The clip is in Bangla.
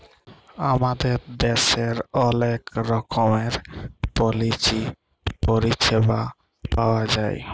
আমাদের দ্যাশের অলেক রকমের পলিচি পরিছেবা পাউয়া যায়